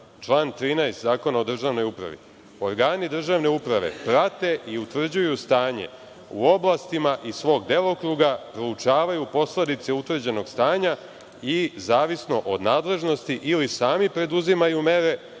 član 13. Zakona o državnoj upravi: „organi državne uprave prate i utvrđuju stanje u oblastima iz svog delokruga, proučavaju posledice utvrđenog stanja i zavisno od nadležnosti ili sami preduzimaju mere